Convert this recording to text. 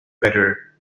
better